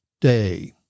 day